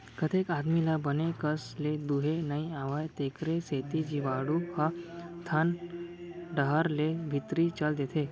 कतेक आदमी ल बने कस ले दुहे नइ आवय तेकरे सेती जीवाणु ह थन डहर ले भीतरी चल देथे